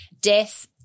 death